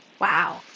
Wow